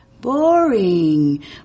Boring